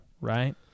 Right